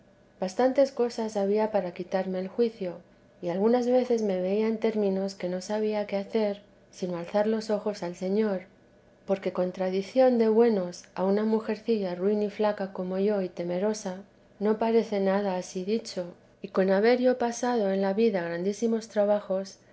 bastantes cosas había para quitarme el juicio y algunas veces me veía en términos que no sabía qué hacer sino alzar los ojos al señor porque contradicción de buenos a una mujercilla ruin y flaca como yo y temerosa no parece nada ansí dicho y con haber yo pasado en la vida grandísimos trabajos